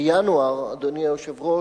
בינואר, אדוני היושב-ראש,